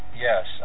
yes